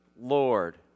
Lord